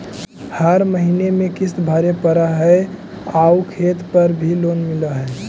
हर महीने में किस्त भरेपरहै आउ खेत पर भी लोन मिल है?